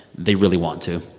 they really want to.